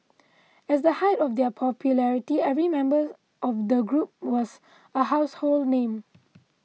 as the height of their popularity every member of the group was a household name